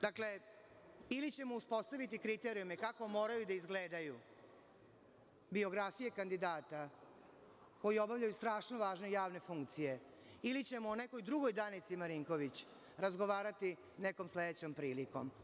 Dakle, ili ćemo uspostaviti kriterijume kako moraju da izgledaju biografije kandidata koji obavljaju strašno važne javne funkcije ili ćemo nekoj drugoj Danici Marinković razgovarati nekom sledećom prilikom.